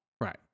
Right